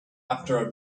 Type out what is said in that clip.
after